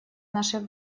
наших